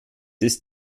ist